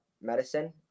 medicine